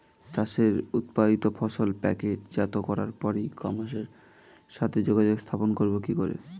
চাষের উৎপাদিত ফসল প্যাকেটজাত করার পরে ই কমার্সের সাথে যোগাযোগ স্থাপন করব কি করে?